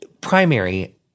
primary